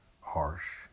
harsh